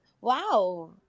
wow